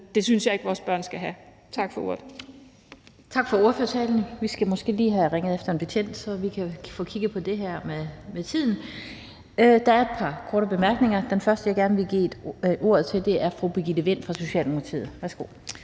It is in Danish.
Det synes jeg ikke vores børn skal have. Tak for ordet. Kl. 16:09 Den fg. formand (Annette Lind): Tak for ordførertalen. Vi skal måske lige have ringet efter en betjent, så vi kan få kigget på det her med taletidsuret. Der er et par korte bemærkninger. Den første, jeg gerne vil give ordet til, er fru Birgitte Vind fra Socialdemokratiet. Værsgo.